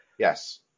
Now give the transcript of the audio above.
Yes